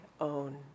own